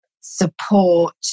support